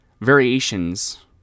variations